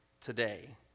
today